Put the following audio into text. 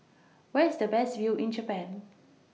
Where IS The Best View in Japan